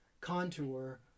contour